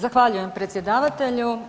Zahvaljujem predsjedavatelju.